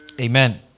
Amen